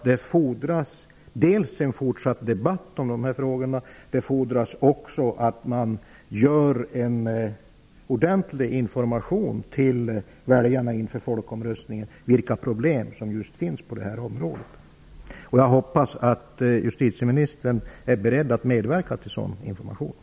Det fordras en fortsatt debatt i frågorna, och det fordras att väljarna får ordentlig information inför folkomröstningen om problemen på området. Jag hoppas att justitieministern är beredd att medverka till att sådan information ges.